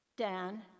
Dan